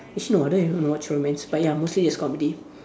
actually no I don't even watch romance but ya mostly is comedy